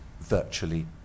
virtually